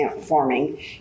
forming